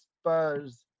Spurs